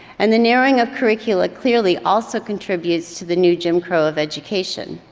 and the narrowing of curricula clearly also contributes to the new jim crow of education.